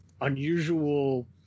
unusual